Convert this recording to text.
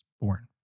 born